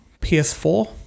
PS4